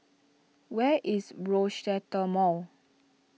where is Rochester Mall